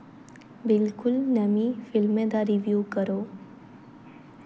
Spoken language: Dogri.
बिल्कुल नमीं फिल्में दा रिव्यू करो